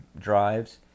drives